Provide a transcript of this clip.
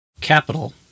Capital